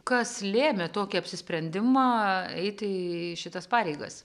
kas lėmė tokį apsisprendimą eiti į šitas pareigas